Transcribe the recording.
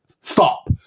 Stop